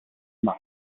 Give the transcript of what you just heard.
must